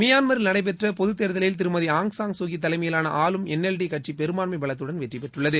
மியான்மரில் நடைபெற்ற பொது தேர்தலில் திருமதி ஆங் சான்சூகி தலைமையிலான ஆளும் என் எல் டி கட்சி பெரும்பான்மை பலத்துடன் வெற்றி பெற்றுள்ளது